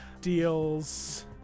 deals